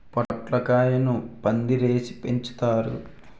పొట్లకాయలను పందిరేసి పెంచుతారు